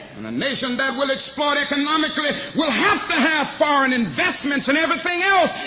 and a nation that will exploit economically will have to have foreign investments and everything else,